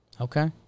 Okay